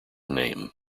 name